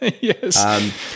yes